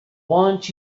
want